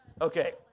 Okay